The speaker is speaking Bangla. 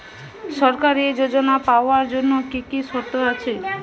সরকারী যোজনা পাওয়ার জন্য কি কি শর্ত আছে?